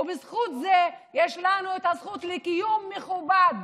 ובזכות זה יש לנו את הזכות לקיום מכובד.